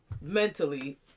mentally